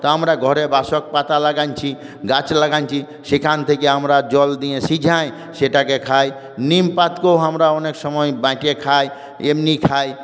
তো আমরা ঘরে বাসক পাতা লাগিয়েছি গাছ লাগিয়েছি সেখান থেকে আমরা জল দিয়ে সিঝাই সেটাকে খাই নিমপাতাকেও আমরা অনেক সময় বেঁটে খাই এমনি খাই